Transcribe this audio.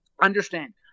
Understand